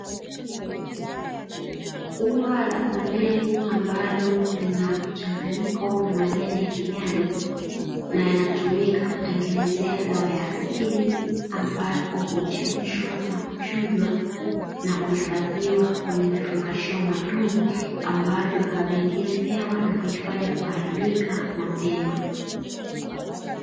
Ua la kondeni ambalo lina mchanganyiko na majani ya kijani na yanatumika kutengeneza dawa ya asili, ambapo huchemshwa na kuchujwa na kuhifadhiwa kwenye vifungashio maalumu, ambavyo haviingizi hewa na kuifanya kuharibika mapema.